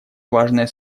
важная